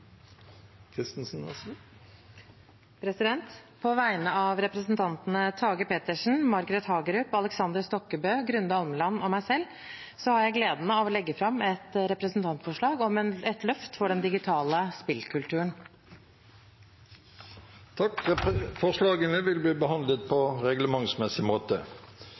Kristensen vil framsette et representantforslag. På vegne av representantene Tage Pettersen, Margret Hagerup, Aleksander Stokkebø, Erlend Svardal Bøe, Grunde Almeland og meg selv har jeg gleden av å legge fram et representantforslag om et løft for den digitale spillkulturen. Forslagene vil bli behandlet på reglementsmessig måte.